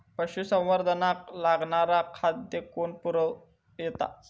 पशुसंवर्धनाक लागणारा खादय कोण पुरयता?